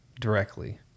directly